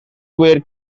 were